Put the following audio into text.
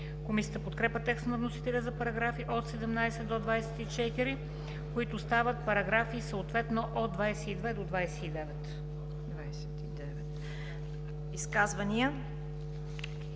Комисията подкрепя текста на вносителя за параграфи от 17 до 24, които стават параграфи съответно от 22 до 29. ПРЕДСЕДАТЕЛ